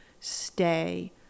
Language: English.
stay